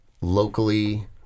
locally